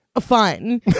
fun